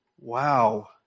wow